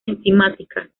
enzimática